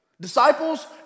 Disciples